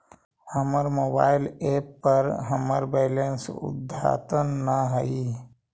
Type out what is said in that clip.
हमर mobile app पर हमर बैलेंस अद्यतन ना हई